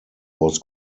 was